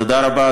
תודה רבה,